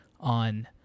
on